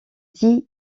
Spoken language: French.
dix